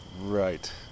Right